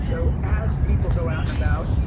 so as people go out and about,